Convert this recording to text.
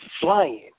flying